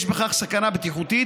יש בכך סכנה בטיחותית.